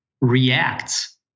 reacts